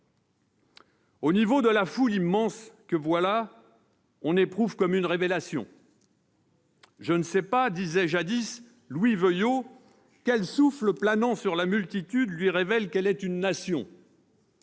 Au niveau de la foule immense que voilà, on éprouve comme une révélation. «" Je ne sais pas, disait, jadis, Louis Veuillot, quel souffle planant sur la multitude lui révèle qu'elle est une nation ".